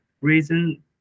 reason